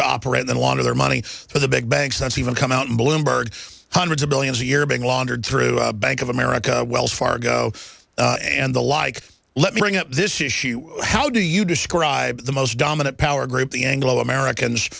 to operate than one of their money for the big banks that's even come out in bloomberg hundreds of billions a year being laundered through bank of america wells fargo and the like let me bring up this issue how do you describe the most dominant power group the anglo americans